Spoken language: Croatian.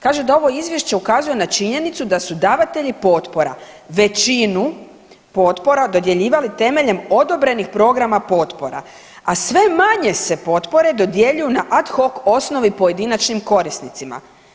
Kaže da ovo izvješće ukazuje na činjenicu da su davatelji potpora većinu potpora dodjeljivali temeljem odobrenih programa potpora, a sve manje se potpore dodjeljuju na ad hoc osnovi pojedinačnim korisnicima.